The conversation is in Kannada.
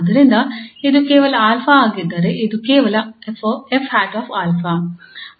ಆದ್ದರಿಂದ ಇದು ಕೇವಲ α ಆಗಿದ್ದರೆ ಇದು ಕೇವಲ 𝑓̂ 𝛼